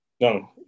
No